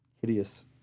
Hideous